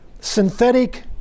synthetic